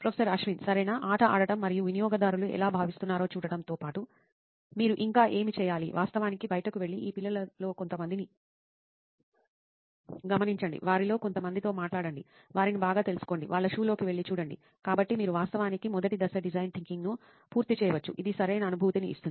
professor Ashwin సరెనా ఆట ఆడటం మరియు వినియోగదారులు ఎలా భావిస్తున్నారో చూడటం తో పాటు మీరు ఇంకా ఏమి చేయాలి వాస్తవానికి బయటకు వెళ్లి ఈ పిల్లలలో కొంతమందిని గమనించండి వారిలో కొంత మందితో మాట్లాదండి వారిని బాగా తెలుసుకోండి వాళ్ళ షూ లోకి వెళ్లి చూడండి కాబట్టి మీరు వాస్తవానికి మొదటి దశ డిజైన్ థింకింగ్ ను పూర్తి చేయవచ్చు ఇది సరైన అనుభూతిని ఇస్తుంది